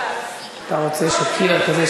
אתה רוצה שקילר כזה,